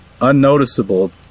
Unnoticeable